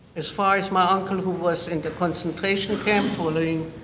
as far as my uncle who was in the concentration camp, following